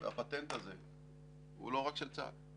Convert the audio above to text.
והפטנט הזה הוא לא רק של צה"ל.